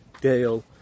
Dale